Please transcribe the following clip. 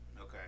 Okay